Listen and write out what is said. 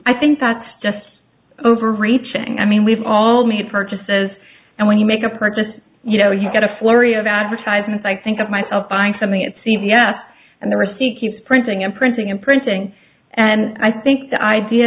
i think that just overreaching i mean we've all made purchases and when you make a purchase you know you get a flurry of advertisements i think of myself buying something at c v s and the receipt keeps printing and printing and printing and i think the idea